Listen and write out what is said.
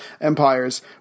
empires